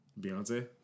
Beyonce